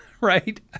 Right